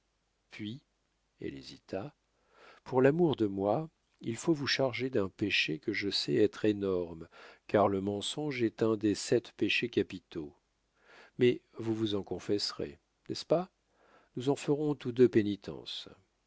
puis elle hésita pour l'amour de moi il faut vous charger d'un péché que je sais être énorme car le mensonge est un des sept péchés capitaux mais vous vous en confesserez n'est-ce pas nous en ferons tous deux pénitence